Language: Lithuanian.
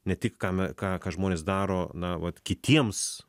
ne tik ką me ką ką žmonės daro na vat kitiems